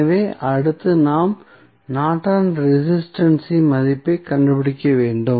எனவே அடுத்து நாம் நார்டன் ரெசிஸ்டன்ஸ் இன் Nortons resistance மதிப்பைக் கண்டுபிடிக்க வேண்டும்